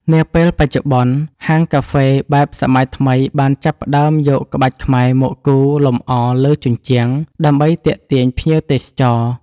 នាពេលបច្ចុប្បន្ន ហាងកាហ្វេបែបសម័យថ្មីបានចាប់ផ្ដើមយកក្បាច់ខ្មែរមកគូរលម្អលើជញ្ជាំង ដើម្បីទាក់ទាញភ្ញៀវទេសចរ។